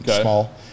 Small